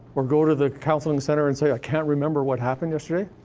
or go to the counseling center and say, i can't remember what happened yesterday?